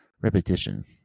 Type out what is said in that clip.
Repetition